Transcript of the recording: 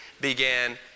began